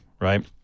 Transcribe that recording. right